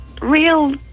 real